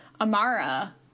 amara